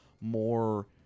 more